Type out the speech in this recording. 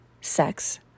sex